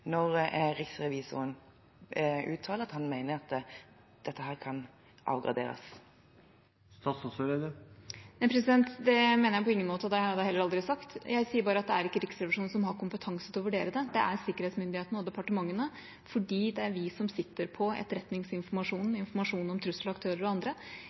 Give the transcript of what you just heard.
når riksrevisoren uttaler at han mener at dette kan avgraderes? Det mener jeg på ingen måte, og det har jeg heller aldri sagt. Jeg sier bare at det er ikke Riksrevisjonen som har kompetanse til å vurdere det, det er sikkerhetsmyndighetene og departementene fordi det er vi som sitter på etterretningsinformasjonen, informasjon om trusler, aktører og andre.